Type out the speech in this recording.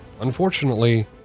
Unfortunately